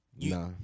Nah